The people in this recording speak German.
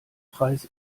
preis